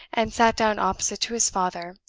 and sat down opposite to his father,